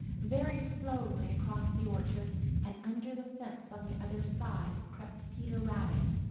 very slowly across the orchard and under the fence on the other side crept peter rabbit,